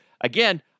again